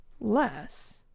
less